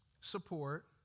support